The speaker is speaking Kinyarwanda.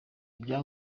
ibya